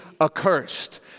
accursed